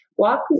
Walk